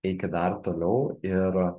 eikit dar toliau ir